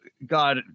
God